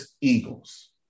Eagles